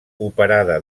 operada